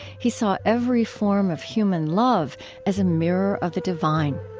he saw every form of human love as a mirror of the divine